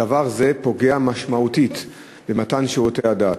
דבר זה פוגע משמעותית במתן שירותי הדת.